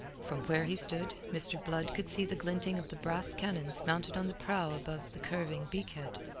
from where he stood, mr. blood could see the glinting of the brass cannons mounted on the prow above the curving beak-head,